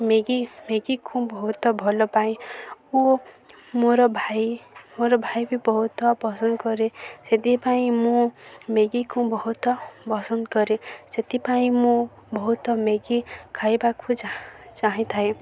Maggi ମ୍ୟାଗିକୁ ବହୁତ ଭଲ ପାଏ ଓ ମୋର ଭାଇ ମୋର ଭାଇ ବି ବହୁତ ପସନ୍ଦ କରେ ସେଥିପାଇଁ ମୁଁ ମ୍ୟାଗିକୁ ବହୁତ ପସନ୍ଦ କରେ ସେଥିପାଇଁ ମୁଁ ବହୁତ ମ୍ୟାଗି ଖାଇବାକୁ ଚାହିଁଥାଏ